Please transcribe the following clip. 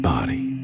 Body